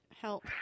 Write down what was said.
help